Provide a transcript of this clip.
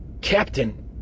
Captain